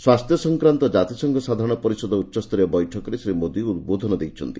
ସ୍ୱାସ୍ଥ୍ୟ ସଂକ୍ରାନ୍ତ ଜାତିସଂଘ ସାଧାରଣ ପରିଷଦ ଉଚ୍ଚସ୍ତରୀୟ ବୈଠକରେ ଶ୍ରୀ ମୋଦୀ ଉଦ୍ବୋଧନ ଦେଇଛନ୍ତି